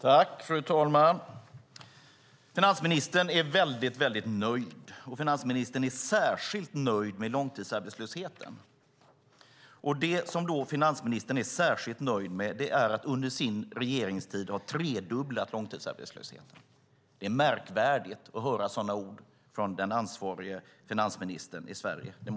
Fru talman! Finansministern är mycket nöjd, och han är särskilt nöjd med långtidsarbetslösheten. Det som finansministern är särskilt nöjd med är att långtidsarbetslösheten har tredubblats under hans regeringstid. Jag måste säga att det är märkligt att höra sådana ord från den ansvariga finansministern i Sverige.